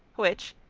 which,